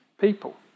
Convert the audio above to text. people